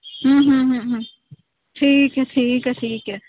ਠੀਕ ਹੈ ਠੀਕ ਹੈ ਠੀਕ ਹੈ